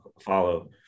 follow